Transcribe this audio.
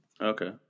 okay